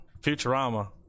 Futurama